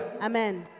Amen